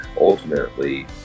ultimately